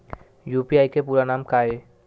UPI के पूरा नाम का ये?